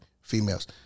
females